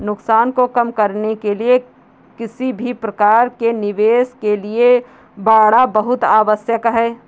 नुकसान को कम करने के लिए किसी भी प्रकार के निवेश के लिए बाड़ा बहुत आवश्यक हैं